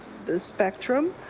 the spectrum.